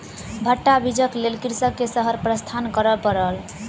भट्टा बीजक लेल कृषक के शहर प्रस्थान करअ पड़ल